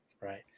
right